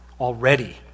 already